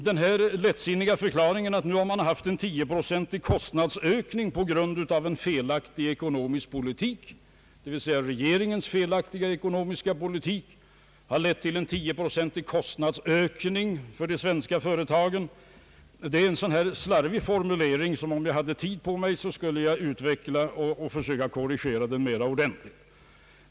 Den lättsinniga förklaringen att regeringens felaktiga ekonomiska politik har lett till en tioprocentig kostnadsökning för de svenska företagen är en sådan där slarvig formulering som jag, om jag hade tid på mig, skulle försöka utveckla och korrigera mera ordentligt.